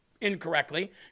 incorrectly